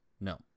No